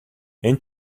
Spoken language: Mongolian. энэ